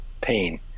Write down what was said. pain